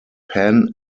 pan